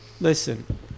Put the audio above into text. listen